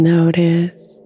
Notice